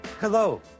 Hello